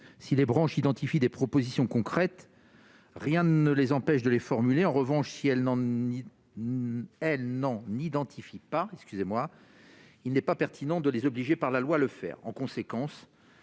si les branches identifie des propositions concrètes, rien ne les empêche de les formuler, en revanche, si elles n'ont elles non n'identifie pas, excusez-moi, il n'est pas pertinent de les obliger par la loi, le faire